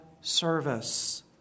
service